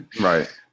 Right